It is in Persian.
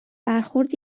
برخورد